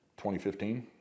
2015